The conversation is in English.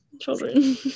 children